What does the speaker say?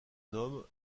nomme